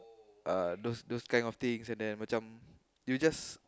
uh those those kind of things and then macam you just